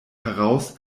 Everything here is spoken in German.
heraus